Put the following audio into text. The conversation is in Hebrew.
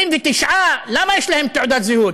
ה-29, למה יש להם תעודת זהות?